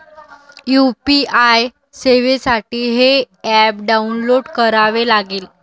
UPI सेवेसाठी हे app download करावे लागेल